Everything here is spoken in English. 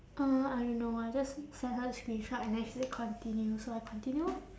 uh I don't know I just sent her the screenshot and then she say continue so I continue lor